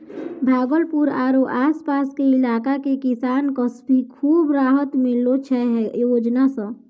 भागलपुर आरो आस पास के इलाका के किसान कॅ भी खूब राहत मिललो छै है योजना सॅ